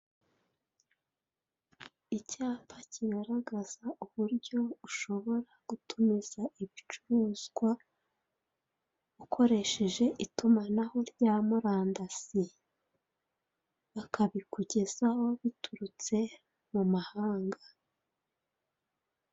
Icyapa kigaragaza uburyo ushobora gutumiza ibicuruzwa ukoresheje itumanaho rya murandasi, bakabikugezaho biturutse mu mahanga.